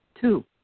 Two